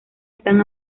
están